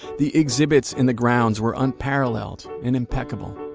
the exhibits in the grounds were unparalleled and impeccable.